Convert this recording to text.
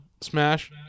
Smash